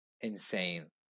insane